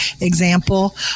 example